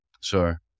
sure